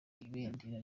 ibendera